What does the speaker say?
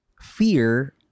fear